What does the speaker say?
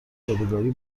یادگاری